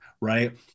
right